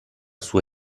sua